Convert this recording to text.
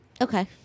Okay